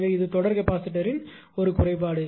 எனவே இது தொடர் கெபாசிட்டரின் சரியான குறைபாடு